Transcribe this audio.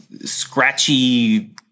scratchy